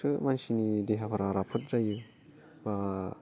सो मानसिनि देहाफोरा राफोद जायो एबा